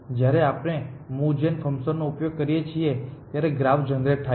જ્યારે આપણે મૂવજેન ફંક્શનનો ઉપયોગ કરીએ છીએ ત્યારે ગ્રાફ જનરેટ થાય છે